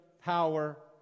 power